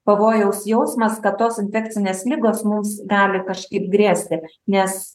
pavojaus jausmas kad tos infekcinės ligos mums gali kažkaip grėsti nes